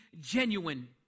genuine